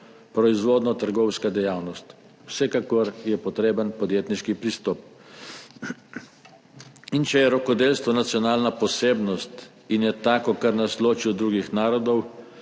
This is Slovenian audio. proizvodno-trgovsko dejavnost. Vsekakor je potreben podjetniški pristop. Če je rokodelstvo nacionalna posebnost in je tisto, kar nas loči od drugih narodov,